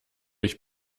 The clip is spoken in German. ich